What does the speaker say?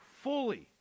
fully